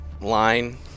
line